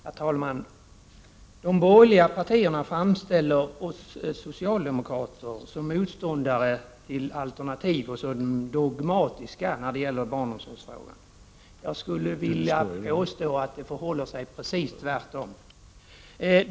Herr talman! De borgerliga partierna framställer oss socialdemokrater som motståndare till alternativ och som dogmatiska i barnomsorgsfrågan. Jag skulle vilja påstå att det förhåller sig precis tvärtom.